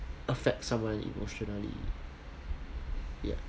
affect someone emotionally ya